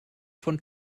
von